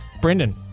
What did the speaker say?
Brendan